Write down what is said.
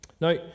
Now